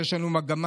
שיש לנו מגמה,